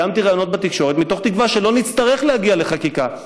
קיימתי ראיונות בתקשורת מתוך תקווה שלא נצטרך להגיע לחקיקה,